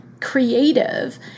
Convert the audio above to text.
creative